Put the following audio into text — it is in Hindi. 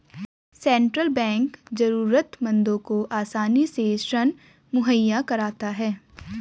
सेंट्रल बैंक जरूरतमंदों को आसानी से ऋण मुहैय्या कराता है